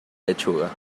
lechuga